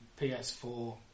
PS4